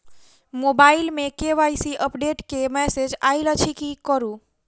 Mobile मे KYC update केँ message आइल अछि की करू?